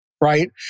right